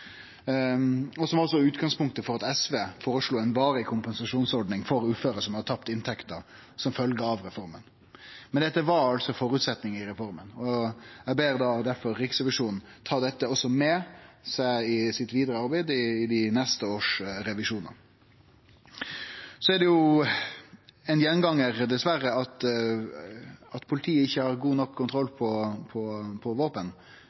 og som også var utgangspunktet for at SV føreslo ei varig kompensasjonsordning for uføre som har tapt inntekt som følgje av reforma. Men dette var altså ein føresetnad som låg i reforma, og eg ber difor Riksrevisjonen om å ta også dette med i sitt vidare arbeid med dei neste års revisjonar. Det er dessverre ein gjengangar at politiet ikkje har god nok kontroll på våpen.